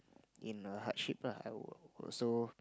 in a hardship lah I will also